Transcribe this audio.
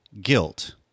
guilt